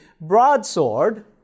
broadsword